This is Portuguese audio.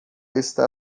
está